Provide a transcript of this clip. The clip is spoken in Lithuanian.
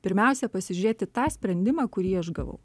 pirmiausia pasižiūrėti tą sprendimą kurį aš gavau